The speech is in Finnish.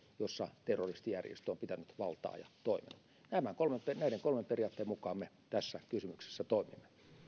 jolla terroristijärjestö on pitänyt valtaa ja toiminut näiden kolmen periaatteen mukaan me tässä kysymyksessä toimimme